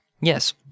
Yes